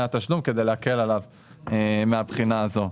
התשלום כדי להקל עליו מהבחינה הזאת.